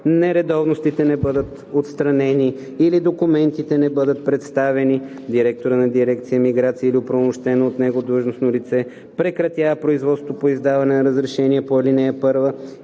нередовностите не бъдат отстранени или документите не бъдат представени, директорът на дирекция „Миграция“ или оправомощено от него длъжностно лице прекратява производството по издаване на разрешение по ал. 1